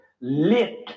lit